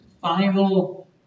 final